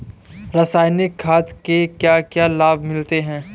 रसायनिक खाद के क्या क्या लाभ मिलते हैं?